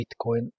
Bitcoin